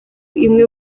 imwe